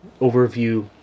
overview